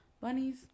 Bunnies